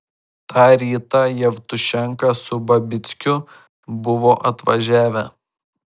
tą rytą jevtušenka su babickiu buvo atvažiavę